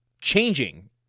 changing